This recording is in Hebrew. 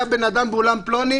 היה בן אדם באולם פלוני,